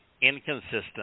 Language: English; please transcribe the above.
inconsistent